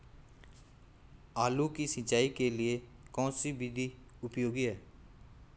आलू की सिंचाई के लिए कौन सी विधि उपयोगी है?